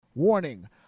Warning